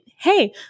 Hey